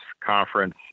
conference